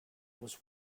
was